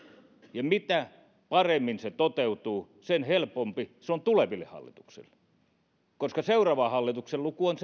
ja mitä paremmin se toteutuu sen helpompi se on tuleville hallituksille koska seuraavan hallituksen luku on